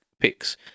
picks